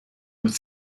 with